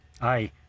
aye